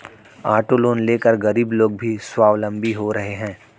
auto loan लेकर गरीब लोग भी स्वावलम्बी हो रहे हैं